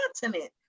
continent